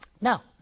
Now